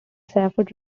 safford